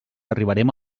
arribarem